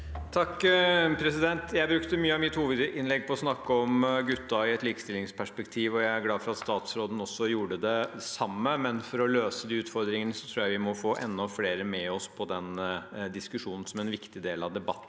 (H) Jeg brukte mye av mitt hovedinnlegg på å snakke om guttene i et likestillingsperspektiv, og jeg er glad for at statsråden gjorde det samme. For å løse de utfordringene tror jeg vi må få enda flere med oss på den diskusjonen som en viktig del av debatten.